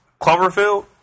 Cloverfield